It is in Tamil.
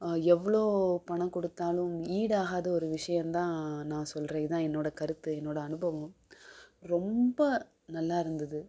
எவ்வளோ பணம் கொடுத்தாலும் ஈடாகாத ஒரு விஷயம் தான் நான் சொல்கிறேன் இதுதான் என்னோடய கருத்து என்னோடய அனுபவம் ரொம்ப நல்லா இருந்தது